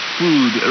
food